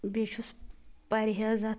بییٚہِ چھُس پرہیز اتھ